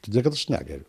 todėl kad aš negeriu